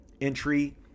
entry